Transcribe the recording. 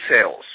sales